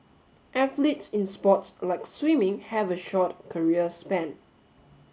athletes in sports like swimming have a short career span